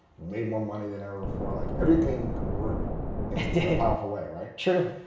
made more money than ever before. like everything grew in a powerful way, right? true.